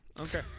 okay